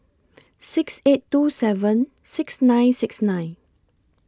six eight two seven six nine six nine